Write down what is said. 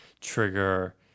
trigger